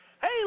Hey